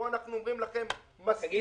פה אנחנו אומרים לכם: מסכימים.